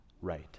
right